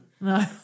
No